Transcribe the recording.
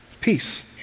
Peace